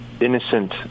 innocent